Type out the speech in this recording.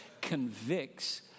convicts